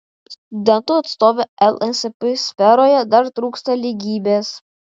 studentų atstovė lsp sferoje dar trūksta lygybės